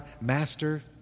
master